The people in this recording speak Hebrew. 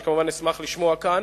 אני כמובן אשמח לשמוע כאן.